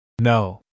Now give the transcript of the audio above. no